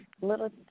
little